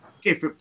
Okay